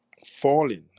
Falling